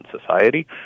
society